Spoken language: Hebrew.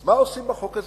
אז מה עושים בחוק הזה?